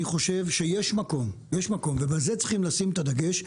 אני חושב שיש מקום ובזה צריכים לשים את הדגש,